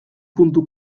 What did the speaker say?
puntu